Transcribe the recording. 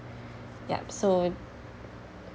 yup so